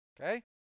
Okay